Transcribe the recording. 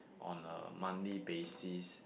on a monthly basis